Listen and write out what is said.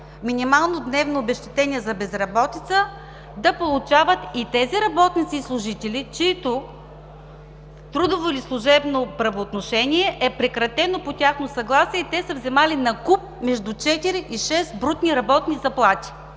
минимално дневно обезщетение за безработица да получават и онези работници и служители, чието трудово или служебно правоотношение е прекратено по тяхно съгласие и те са взели накуп между четири и шест брутни работни заплати.